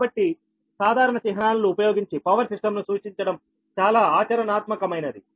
కాబట్టి సాధారణ చిహ్నాలను ఉపయోగించి పవర్ సిస్టం ను సూచించడం చాలా ఆచరణాత్మకమైనది